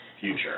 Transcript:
future